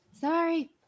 sorry